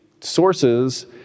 Sources